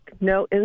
no